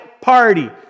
party